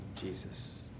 Jesus